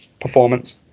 performance